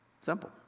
Simple